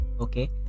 Okay